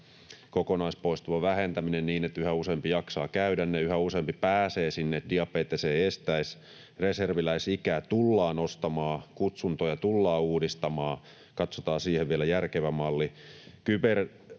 kokonaispoistuman vähentäminen niin, että yhä useampi jaksaa käydä ne, yhä useampi pääsee sinne, diabetes ei estäisi. Reserviläisikää tullaan nostamaan, kutsuntoja tullaan uudistamaan — katsotaan siihen vielä järkevä malli.